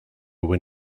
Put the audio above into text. when